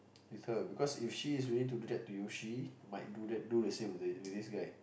with her because if she is willing to do that to you she might do that do the same with this guy